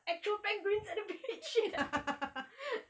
actual penguins at the beach